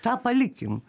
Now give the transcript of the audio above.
tą palikim